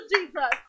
Jesus